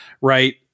right